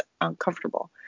uncomfortable